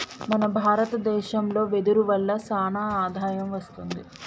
మన భారత దేశంలో వెదురు వల్ల సానా ఆదాయం వస్తుంది